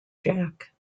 jack